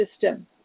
system